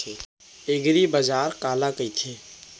एगरीबाजार काला कहिथे?